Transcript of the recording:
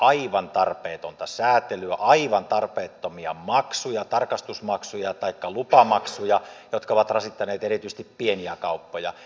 aivan tarpeetonta säätelyä aivan tarpeettomia maksuja tarkastusmaksuja taikka lupamaksuja jotka ovat rasittaneet erityisesti pieniä kauppoja